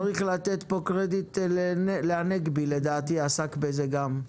צריך לתת פה קרדיט לשר הנגבי שלדעתי עסק בזה גם.